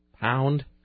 pound